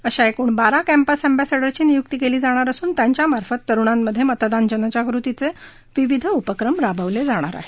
अशा एकूण बारा कम्पिस अब्सिडोरची नियुक्ती केले जाणार असून त्यांच्यामार्फत तरुणांमध्ये मतदान जनजागृतीचे विविध उपक्रम राबवले जाणार आहेत